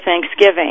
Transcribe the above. Thanksgiving